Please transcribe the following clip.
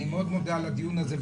אני מאוד מודה על הדיון הזה,